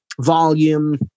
volume